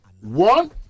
One